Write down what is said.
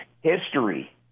history